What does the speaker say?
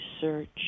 search